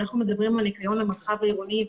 אנחנו מדברים על ניקיון במרחב העירוני,